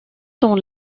dans